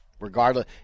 Regardless –